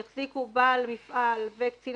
יחזיקו בעל מפעל וקצין